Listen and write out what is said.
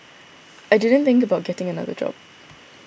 I didn't think about getting another job